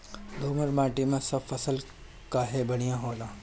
दोमट माटी मै सब फसल काहे बढ़िया होला?